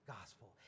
gospel